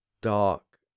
dark